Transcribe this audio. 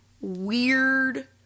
weird